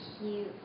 cute